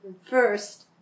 First